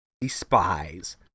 despise